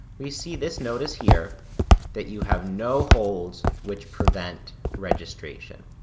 we see this notice here that, you have no holds which prevent registration.